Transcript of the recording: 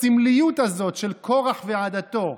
בסמליות הזאת של קרח ועדתו,